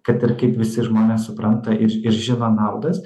kad ir kaip visi žmonės supranta ir ir žino naudas